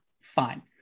fine